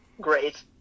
great